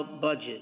budget